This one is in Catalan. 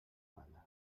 banda